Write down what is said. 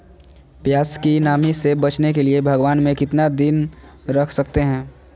प्यास की नामी से बचने के लिए भगवान में कितना दिन रख सकते हैं?